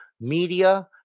Media